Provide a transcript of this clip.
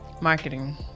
marketing